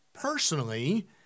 personally